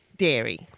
Dairy